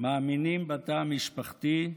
מאמינים בתא המשפחתי,